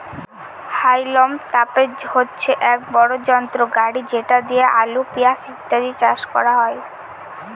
হাউলম তোপের হচ্ছে এক বড় যন্ত্র গাড়ি যেটা দিয়ে আলু, পেঁয়াজ ইত্যাদি চাষ করা হয়